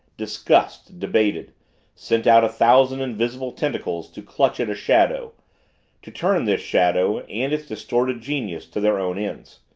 discussed, debated sent out a thousand invisible tentacles to clutch at a shadow to turn this shadow and its distorted genius to their own ends.